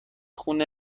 خون